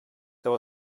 there